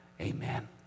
amen